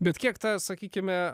bet kiek ta sakykime